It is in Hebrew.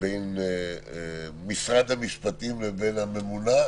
בין משרד המשפטים לבין הממונה?